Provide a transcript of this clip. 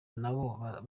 n’abo